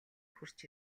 хүрч